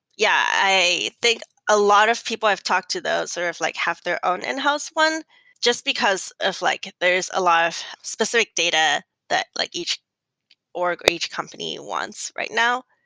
yeah, i think a lot of people i've talked to, they sort of like have their own in-house one just because of like there is a lot of specific data that like each org or each company wants right now.